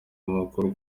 amakuru